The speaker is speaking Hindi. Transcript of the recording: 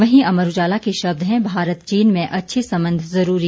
वहीं अमर उजाला के शब्द हैं भारत चीन में अच्छे संबंध जरूरी